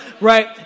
right